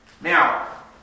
Now